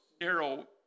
narrow